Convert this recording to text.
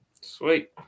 sweet